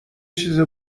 چیز